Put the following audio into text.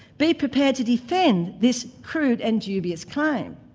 be prepared to defend this crude and dubious kind of